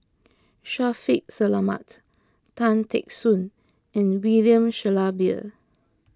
Shaffiq Selamat Tan Teck Soon and William Shellabear